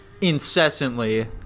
Incessantly